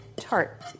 tart